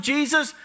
Jesus